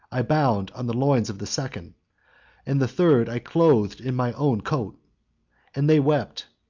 i bound on the loins of the second and the third i clothed in my own coat and they wept,